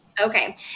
Okay